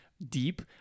deep